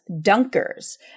dunkers